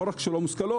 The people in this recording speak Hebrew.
לא רק שהן לא מושכלות,